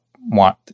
want